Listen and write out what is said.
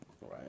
Right